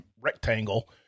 rectangle